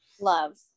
Love